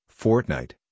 Fortnite